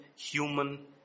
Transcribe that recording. human